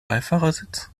beifahrersitz